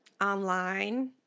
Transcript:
Online